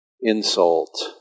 insult